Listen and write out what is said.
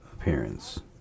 appearance